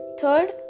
Third